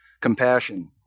compassion